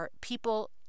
people